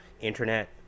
internet